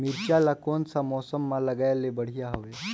मिरचा ला कोन सा मौसम मां लगाय ले बढ़िया हवे